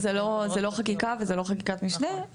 זה לא חקיקה וזה לא חקיקת משנה.